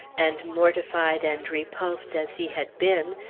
and mortified and repulsed as he had been,